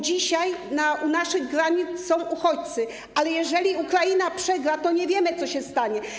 Dzisiaj u naszych granic są uchodźcy, ale jeżeli Ukraina przegra, to nie wiemy, co się stanie.